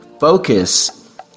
focus